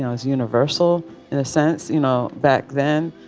as universal in a sense, you know, back then.